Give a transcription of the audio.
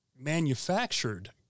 manufactured